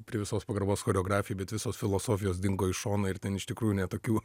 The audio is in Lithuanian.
prie visos pagarbos choreografijai bet visos filosofijos dingo iš šono ir ten iš tikrųjų ne tokių